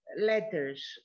letters